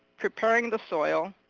preparing the soil,